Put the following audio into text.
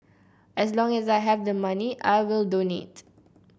as long as I have the money I will donate